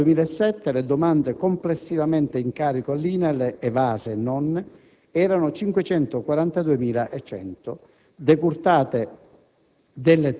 a febbraio 2007, le domande complessivamente in carico all'INAIL - evase e non - erano 542.100, decurtate